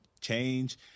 change